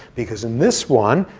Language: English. because in this one,